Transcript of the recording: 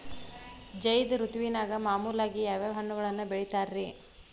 ಝೈದ್ ಋತುವಿನಾಗ ಮಾಮೂಲಾಗಿ ಯಾವ್ಯಾವ ಹಣ್ಣುಗಳನ್ನ ಬೆಳಿತಾರ ರೇ?